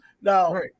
Now